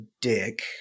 dick